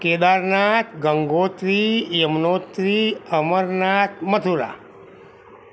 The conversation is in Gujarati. કેદારનાથ ગંગોત્રી યમનોત્રી અમરનાથ મથુરા